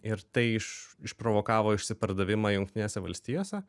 ir tai iš išprovokavo išsipardavimą jungtinėse valstijose